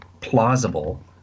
plausible